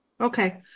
Okay